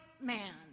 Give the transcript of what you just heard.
man